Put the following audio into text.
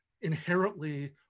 inherently